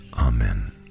Amen